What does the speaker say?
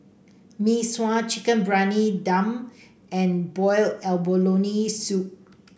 Mee Sua Chicken Briyani Dum and Boiled Abalone Soup